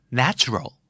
natural